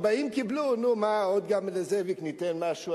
40 קיבלו, נו מה עוד, גם לזאביק ניתן משהו.